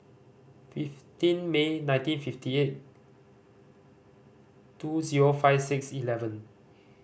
fifteen May nineteen fifty eight two zero five six eleven